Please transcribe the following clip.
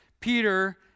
Peter